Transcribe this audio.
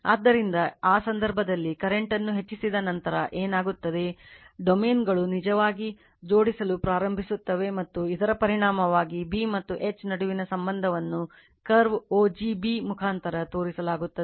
ಆದ್ದರಿಂದ ಆ ಸಂದರ್ಭದಲ್ಲಿ ಕರೆಂಟ್ ಅನ್ನು ಹೆಚ್ಚಿಸಿದ ನಂತರ ಏನಾಗುತ್ತದೆ ಡೊಮೇನ್ಗಳು ನಿಜವಾಗಿ ಜೋಡಿಸಲು ಪ್ರಾರಂಭಿಸುತ್ತವೆ ಮತ್ತು ಇದರ ಪರಿಣಾಮವಾಗಿ B ಮತ್ತು H ನಡುವಿನ ಸಂಬಂಧವನ್ನು curve o g b ಮುಖಾಂತರ ತೋರಿಸಲಾಗುತ್ತದೆ